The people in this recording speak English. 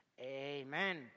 Amen